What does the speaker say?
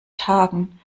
tagen